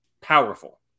powerful